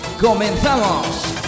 ¡Comenzamos